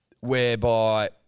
whereby